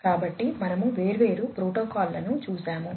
కాబట్టి మనము వేర్వేరు ప్రోటోకాల్లను చూసాము